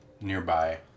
nearby